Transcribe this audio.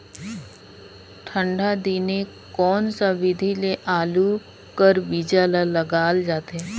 ठंडा दिने कोन सा विधि ले आलू कर बीजा ल लगाल जाथे?